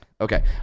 Okay